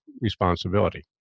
responsibility